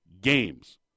games